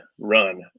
run